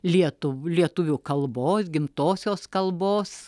lietuv lietuvių kalbos gimtosios kalbos